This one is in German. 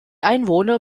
einwohner